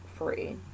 free